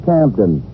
Campton